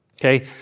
Okay